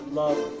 love